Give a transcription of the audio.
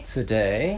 Today